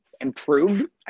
improved